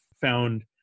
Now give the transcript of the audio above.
found